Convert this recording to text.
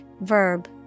Verb